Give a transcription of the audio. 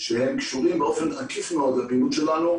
שקשורים באופן עקיף מאוד לפעילות שלנו,